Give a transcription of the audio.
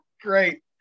great